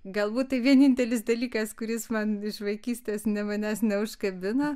galbūt tai vienintelis dalykas kuris man iš vaikystės ne manęs neužkabino